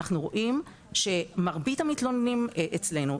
אנחנו רואים שמרבית המתלוננים אצלנו,